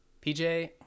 pj